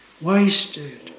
wasted